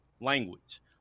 language